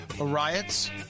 riots